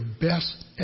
best